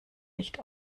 nicht